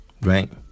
Right